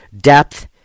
depth